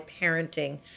parenting